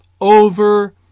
over